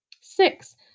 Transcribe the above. Six